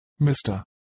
Mr